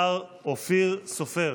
השר אופיר סופר.